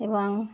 এবং